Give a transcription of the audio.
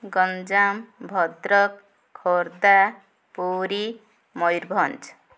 Ganjam Bhadrak Khordha Puri Mayurbhanj